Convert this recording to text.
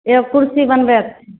एक कुर्सी बनबैक छै